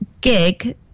gig